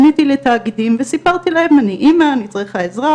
פניתי לתאגידים וסיפרתי להם שאני אמא ושאני צריכה עזרה.